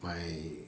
my